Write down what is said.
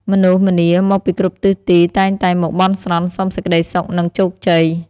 មនុស្សម្នាមកពីគ្រប់ទិសទីតែងតែមកបន់ស្រន់សុំសេចក្ដីសុខ និងជោគជ័យ។